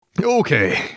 Okay